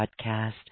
podcast